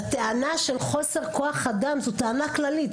והטענה של חוסר כוח אדם זו טענה כללית.